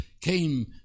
came